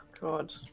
God